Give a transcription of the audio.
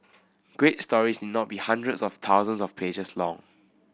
great stories not be hundreds or thousands of pages long